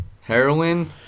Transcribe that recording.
heroin